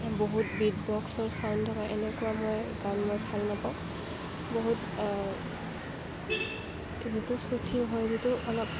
বহুত বীট বক্সৰ চাউণ্ড হয় এনেকুৱা মই গান মই ভাল নাপাওঁ বহুত যিটো চুথী হয় যিটো অলপ